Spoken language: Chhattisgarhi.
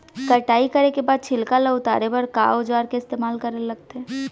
कटाई करे के बाद छिलका ल उतारे बर का औजार ल इस्तेमाल करथे?